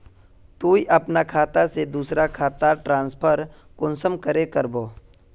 तुई अपना खाता से दूसरा खातात ट्रांसफर कुंसम करे करबो?